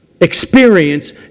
experience